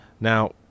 Now